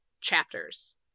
chapters